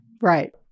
Right